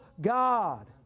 God